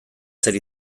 zer